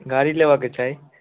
गाड़ी लेबऽके छै